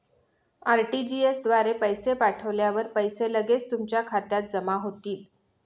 RTGS द्वारे पैसे पाठवल्यावर पैसे लगेच तुमच्या खात्यात जमा होतील